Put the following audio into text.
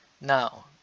Now